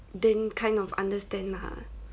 then kind of understand ah